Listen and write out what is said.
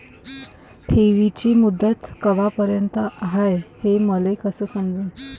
ठेवीची मुदत कवापर्यंत हाय हे मले कस समजन?